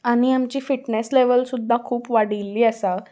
आनी आमची fitness level सुद्दा खूब वाडिल्ली आसा